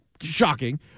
Shocking